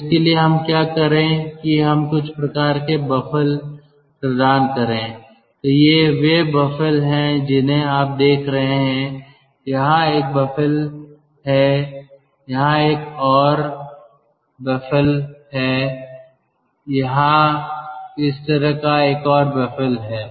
तो इसके लिए हम क्या करें कि हम कुछ प्रकार के बफ़ल प्रदान करें तो ये वे बफ़ल हैं जिन्हें आप देख रहे हैं यहाँ एक बफ़ल है यहाँ एक और बफ़ल है यहाँ पर इस तरह का एक और बफ़ल है